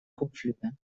kotflügeln